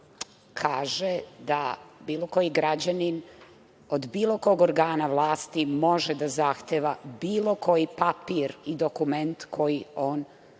kaže da bilo koji građanin od bilo kog organa vlasti može da zahteva bilo koji papir i dokument koji on